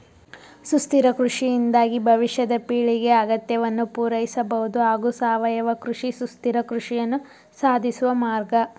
ಸುಸ್ಥಿರ ಕೃಷಿಯಿಂದಾಗಿ ಭವಿಷ್ಯದ ಪೀಳಿಗೆ ಅಗತ್ಯವನ್ನು ಪೂರೈಸಬಹುದು ಹಾಗೂ ಸಾವಯವ ಕೃಷಿ ಸುಸ್ಥಿರ ಕೃಷಿಯನ್ನು ಸಾಧಿಸುವ ಮಾರ್ಗ